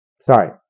sorry